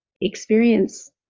experience